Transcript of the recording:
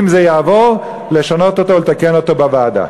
אם זה יעבור, לשנות אותו ולתקן אותו בוועדה.